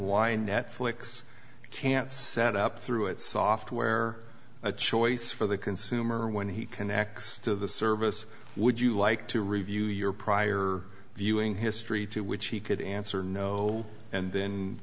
why netflix can't set up through its software a choice for the consumer when he can access to the service would you like to review your prior viewing history to which he could answer no and then